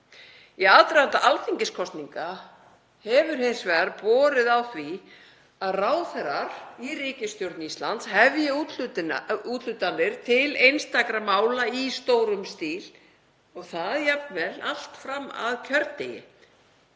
Í aðdraganda alþingiskosninga hefur hins vegar borið á því að ráðherrar í ríkisstjórn Íslands hefji úthlutanir til einstakra mála í stórum stíl og það jafnvel allt fram að kjördegi